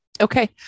okay